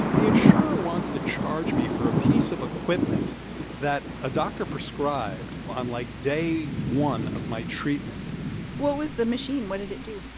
the insurer wants to charge me for a piece of equipment that a doctor prescribed on, like, day one of my treatment what was the machine? what did it do?